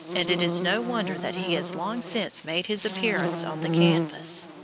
and it is no wonder that he has long since made his appearance on the canvas.